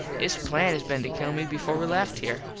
his plan has been to kill me before we left here.